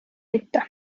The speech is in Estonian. mitte